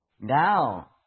Now